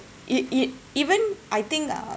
it it even I think uh